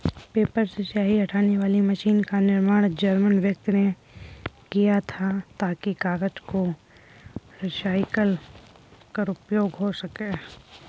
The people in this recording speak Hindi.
पेपर से स्याही हटाने वाली मशीन का निर्माण जर्मन व्यक्ति ने किया था ताकि कागज को रिसाईकल कर उपयोग हो सकें